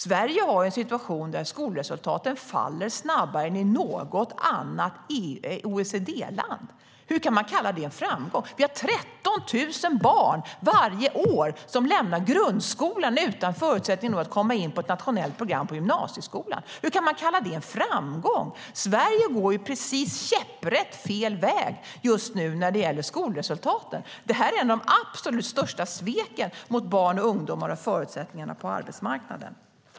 Sverige har en situation där skolresultaten faller snabbare än i något annat OECD-land. Hur kan man kalla det en framgång? Varje år är det 13 000 barn som lämnar grundskolan utan förutsättningar att komma in på ett nationellt program på gymnasieskolan. Hur kan man kalla det en framgång? Sverige går just nu käpprätt fel väg när det gäller skolresultaten. Det är ett av de absolut största sveken mot barn och ungdomar med förutsättningar på arbetsmarknaden.